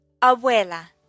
abuela